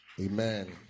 Amen